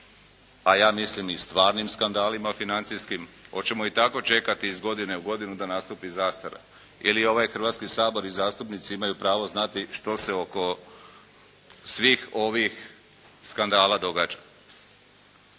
a ja mislim i stvarnim skandalima financijskim, hoćemo i tako čekati iz godine u godinu da nastupi zastara ili ovaj Hrvatski sabor i zastupnici imaju pravo znati što se oko svih ovih skandala događa.